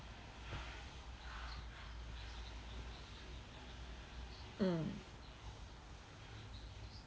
mm